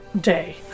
day